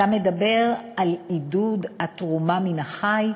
אתה מדבר על עידוד התרומה מן החי,